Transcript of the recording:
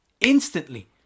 instantly